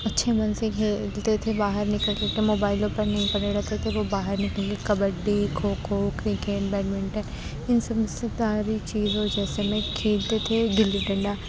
اچھے من سے کھیلتے تھے باہر نکل کر کے موبائلوں پر نہیں بنے رہتے تھے وہ باہر نکل کے کبڈی کھوکھو کرکٹ بیڈمنٹن اِن سب میں سے پیاری چیزوں جیسے میں کھیلتے تھے گلی ڈنڈا